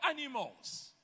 animals